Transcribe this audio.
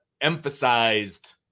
emphasized